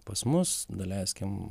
pas mus daleiskim